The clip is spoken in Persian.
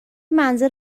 منزل